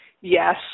yes